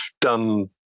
done